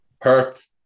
Perth